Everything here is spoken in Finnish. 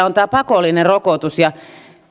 on tämä pakollinen rokotus